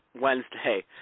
Wednesday